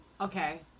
Okay